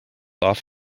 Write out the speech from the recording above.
off